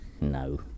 No